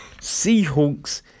Seahawks